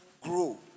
grow